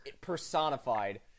Personified